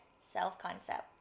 self-concept